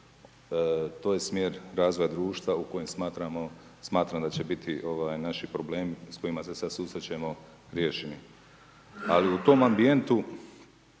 To je smjer razvoja društva u kojem smatram da će biti naši problemi s kojima se susrećemo riješeni. Ali u tom ambijentu,